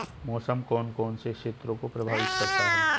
मौसम कौन कौन से क्षेत्रों को प्रभावित करता है?